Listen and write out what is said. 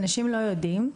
אנשים לא יודעים,